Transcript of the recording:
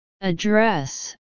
Address